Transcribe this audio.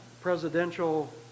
presidential